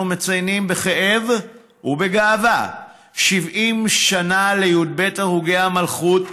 אנחנו מציינים בכאב ובגאווה 70 שנה לי"ב הרוגי המלכות,